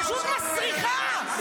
פשוט מסריחה.